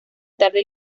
tarde